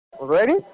Ready